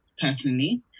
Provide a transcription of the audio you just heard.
personally